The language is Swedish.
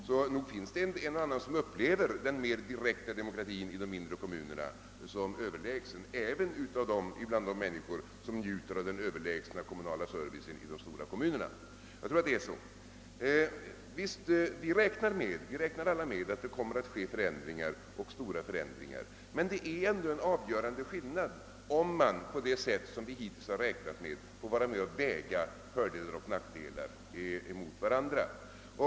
Så nog finns det en och annan som upplever den mer direkta demokratin i de mindre kommunerna som överlägsen, även bland de människor som njuter av den överlägsna kommunala servicen i de stora kommunerna. Jag tror att det förhåller sig så. Vi räknar alla med att det kommer att ske stora förändringar, men det är ändå en avgörande skillnad, om man på det hittillsvarande sättet får vara med och väga fördelar och nackdelar mot varandra.